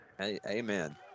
Amen